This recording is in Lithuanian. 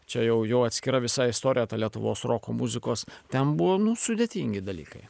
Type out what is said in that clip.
čia jau jau atskira visa istorija ta lietuvos roko muzikos ten buvo nu sudėtingi dalykai